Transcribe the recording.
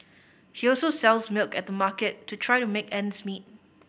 he also sells milk at the market to try to make ends meet